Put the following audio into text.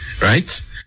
right